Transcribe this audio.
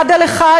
אחד על אחד,